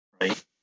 right